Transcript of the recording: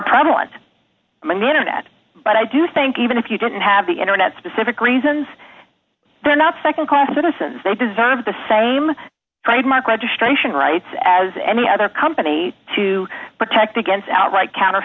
prevalent in the internet but i do think even if you don't have the internet specific reasons they're not nd class citizens they deserve the same trademark registration rights as any other company to protect against outright counter